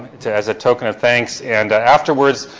as a token of thanks, and afterwards,